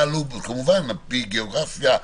כמובן על פי גיאוגרפיה,